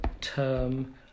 term